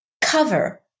cover